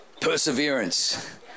Perseverance